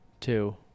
Two